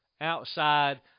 outside